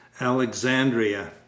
Alexandria